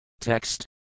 Text